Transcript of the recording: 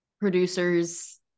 producers